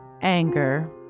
anger